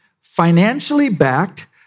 financially-backed